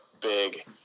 big